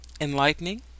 enlightening